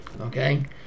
okay